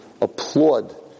applaud